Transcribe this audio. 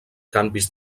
canvis